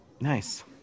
Nice